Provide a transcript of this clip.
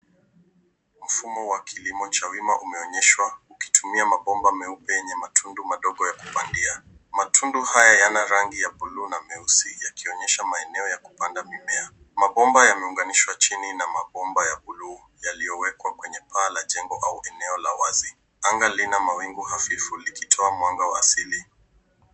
Mfumo wa kilimo cha wima umeonyeshwa ukitumia mabomba meupe yenye matundu madogo ya kupandia. Matundu haya yana rangi ya buluu na meusi, yakionyesha maeneo ya kupanda mimea. Mabomba yameunganishwa chini na mabomba ya buluu, yaliyowekwa kwenye paa la jengo au eneo la wazi. Anga lina mawingu hafifu, likitoa mwanga wa asili.